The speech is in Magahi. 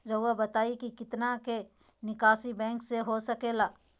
रहुआ बताइं कि कितना के निकासी बैंक से हो सके ला?